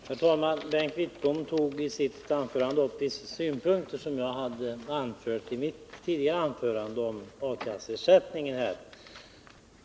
Herr talman! Bengt Wittbom tog i sitt anförande upp en del av de synpunkter på A-kasseersättningen som jag framförde i mitt anförande.